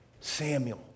Samuel